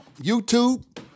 YouTube